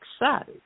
excited